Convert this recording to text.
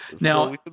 Now